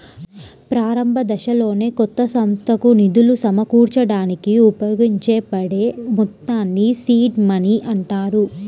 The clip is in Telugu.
ప్రారంభదశలోనే కొత్త సంస్థకు నిధులు సమకూర్చడానికి ఉపయోగించబడే మొత్తాల్ని సీడ్ మనీ అంటారు